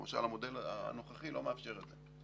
למשל, המודל הנוכחי לא מאפשר את זה.